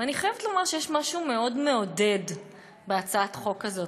ואני חייבת לומר שיש משהו מאוד מעודד בהצעת החוק הזאת,